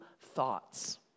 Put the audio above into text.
thoughts